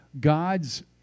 God's